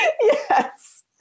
Yes